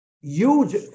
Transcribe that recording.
huge